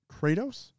Kratos